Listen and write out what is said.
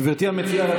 גברתי המציעה,